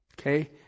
Okay